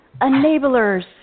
Enablers